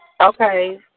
Okay